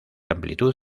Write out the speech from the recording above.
amplitud